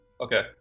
Okay